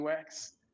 UX